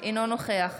אינו נוכח